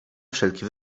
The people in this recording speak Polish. wszelki